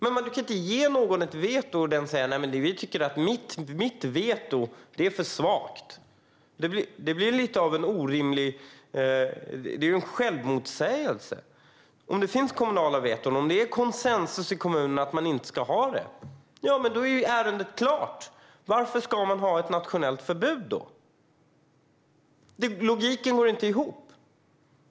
Man kan inte ge någon rätt att införa veto och denne sedan säger: Vi tycker att vårt veto är för svagt. Det blir en självmotsägelse. Om det finns kommunala veton och det finns konsensus i kommunen om att man inte ska ha någon brytning är ju ärendet klart. Varför ska man då ha ett nationellt förbud? Logiken går inte ihop.